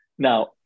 Now